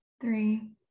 three